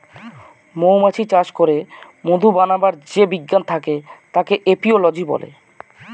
মৌমাছি চাষ করে মধু বানাবার যে বিজ্ঞান থাকে তাকে এপিওলোজি বলে